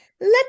Let